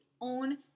own